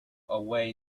away